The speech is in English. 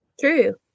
True